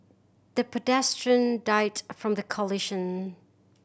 the pedestrian died from the collision